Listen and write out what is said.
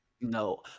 No